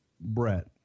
Brett